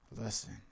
Listen